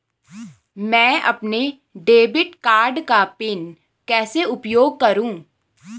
मैं अपने debit card का पिन कैसे उपयोग करूँ?